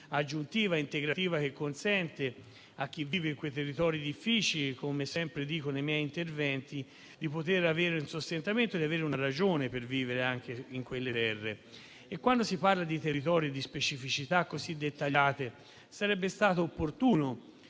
aggiuntiva e integrativa che consente a chi vive in territori difficili, come sempre dico nei miei interventi, di avere un sostentamento e una ragione per vivere in quelle terre. Parlando di territorio e di specificità così dettagliate, sarebbe stato opportuno